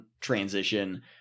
transition